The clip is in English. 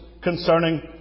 concerning